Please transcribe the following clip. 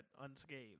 unscathed